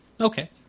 Okay